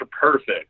Perfect